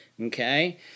Okay